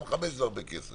וגם 5,000 שקל זה הרבה כסף.